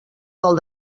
del